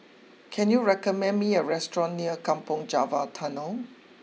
can you recommend me a restaurant near Kampong Java Tunnel